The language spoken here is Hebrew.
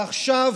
ועכשיו